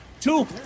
Two